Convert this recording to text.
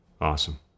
Awesome